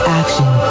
action